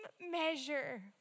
measure